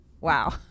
wow